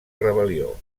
rebel·lió